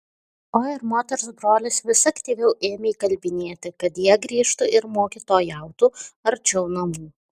o ir moters brolis vis aktyviau ėmė įkalbinėti kad jie grįžtų ir mokytojautų arčiau namų